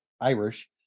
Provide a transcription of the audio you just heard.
Irish